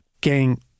gang